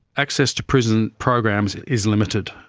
access to prison programs is limited.